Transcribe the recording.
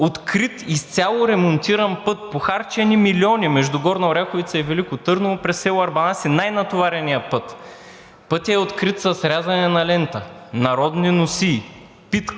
Открит и изцяло ремонтиран път, похарчени са милиони – между Горна Оряховица и Велико Търново през село Арбанаси, най-натовареният път, и пътят е открит с рязане на лента, народни носии, питка,